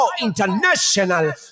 International